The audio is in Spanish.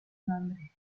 nombre